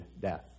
death